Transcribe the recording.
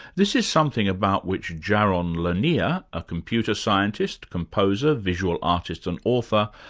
this is something about which jaron lanier, a computer scientist, composer, visual artist and author,